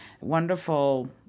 wonderful